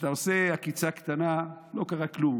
כשאתה עושה עקיצה קטנה לא קרה כלום,